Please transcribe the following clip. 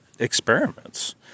experiments